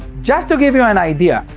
just to give you an idea,